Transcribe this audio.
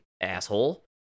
asshole